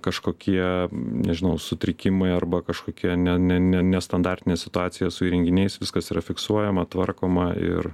kažkokie nežinau sutrikimai arba kažkokie ne ne ne nestandartinė situacija su įrenginiais viskas yra fiksuojama tvarkoma ir